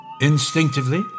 Instinctively